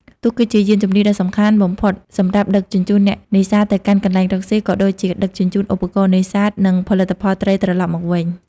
ទូកគឺជាយានជំនិះដ៏សំខាន់បំផុតសម្រាប់ដឹកជញ្ជូនអ្នកនេសាទទៅកាន់កន្លែងរកស៊ី ក៏ដូចជាដឹកជញ្ជូនឧបករណ៍នេសាទ និងផលិតផលត្រីត្រឡប់មកវិញ។